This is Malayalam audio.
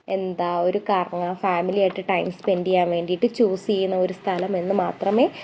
എന്താ ഒരു കറങ്ങുക ഫാമിലിയായിട്ട് ടൈം സ്പെൻഡ് ചെയ്യാൻ വേണ്ടിയിട്ട് ചൂസ് ചെയ്യുന്ന ഒരു സ്ഥലം എന്ന് മാത്രമേ